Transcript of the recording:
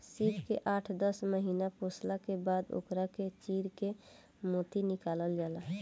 सीप के आठ दस महिना पोसला के बाद ओकरा के चीर के मोती निकालल जाला